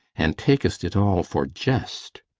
and tak'st it all for jest.